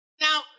Now